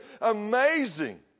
Amazing